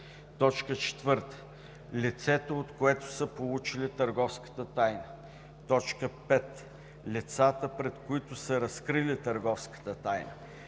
тайна; 4. лицето, от което са получили търговската тайна; 5. лицата, пред които са разкрили търговската тайна.